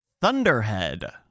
Thunderhead